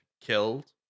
killed